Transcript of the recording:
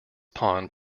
pond